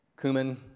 cumin